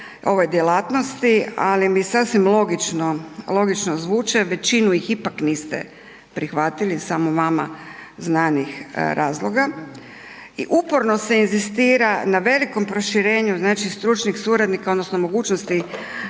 ove djelatnosti, ali mi sasvim logično zvuče, većinu ih ipak niste prihvatili iz samo vama znanih razloga. I uporno se inzistira na velikom proširenju znači stručnih suradnika odnosno mogućnosti